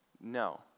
No